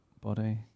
body